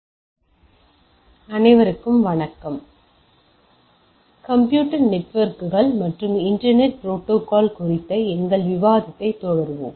hi computer நெட்வொர்க்குகள் மற்றும் internet protocol குறித்த எங்கள் விவாதத்தைத் தொடர்வோம்